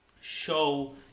show